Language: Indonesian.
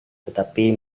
tetapi